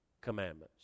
commandments